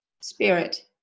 spirit